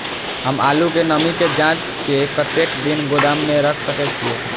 हम आलू के नमी के जाँच के कतेक दिन गोदाम में रख सके छीए?